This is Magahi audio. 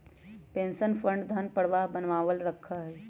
पेंशन फंड धन प्रवाह बनावल रखा हई